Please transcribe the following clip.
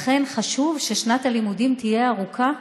לכן חשוב ששנת הלימודים תהיה ארוכה,